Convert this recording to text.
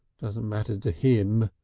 doesn't matter to him.